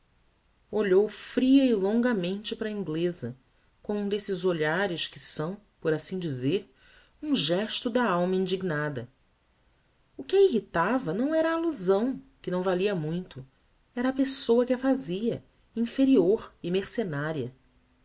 olhou fria e longamente para a ingleza com um desses olhares que são por assim dizer um gesto da alma indignada o que a irritava não era a allusão que não valia muito era a pessoa que a fazia inferior e mercenaria